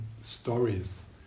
stories